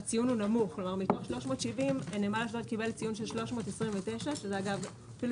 מתוך 370 נמל אשדוד קיבל ציון של 329 שזה אפילו